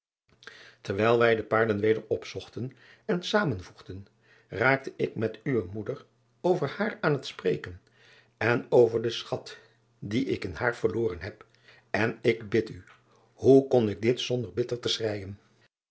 erwijl wij de paarlen weder opzochten en samenvoegden raakte ik met uwe moeder over haar aan het spreken en over den schat dien ik in haar verloren heb en ik bid u hoe kn ik dit zonder bitter te schreijen